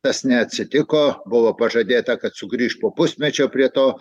tas neatsitiko buvo pažadėta kad sugrįš po pusmečio prie to